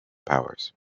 powers